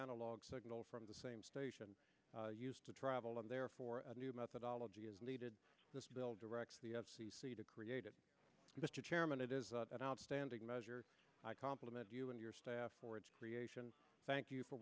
analog signal from the same station used to travel and therefore a new methodology is needed this bill directs the f c c to create it mr chairman it is an outstanding measure i compliment you and your staff for its creation thank you for